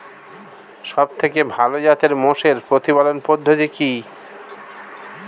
সবথেকে ভালো জাতের মোষের প্রতিপালন পদ্ধতি কি?